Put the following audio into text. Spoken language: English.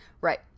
right